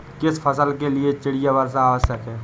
किस फसल के लिए चिड़िया वर्षा आवश्यक है?